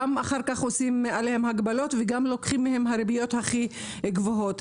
גם עושים עליהם אחר כך הגבלות וגם לוקחים מהם את הריביות הכי גבוהות.